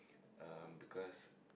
um because